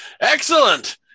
Excellent